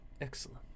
excellent